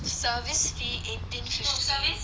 service fee eighteen fifty